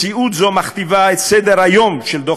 מציאות זו מכתיבה את סדר-היום של דוח